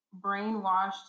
brainwashed